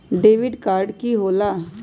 Debit card की होला?